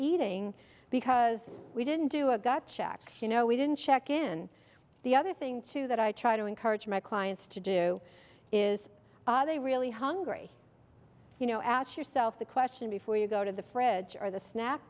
eating because we didn't do a gut check you know we didn't check in the other thing too that i try to encourage my clients to do is they really hungry you know ask yourself the question before you go to the fridge or the sna